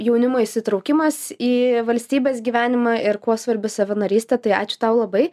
jaunimo įsitraukimas į valstybės gyvenimą ir kuo svarbi savanorystė tai ačiū tau labai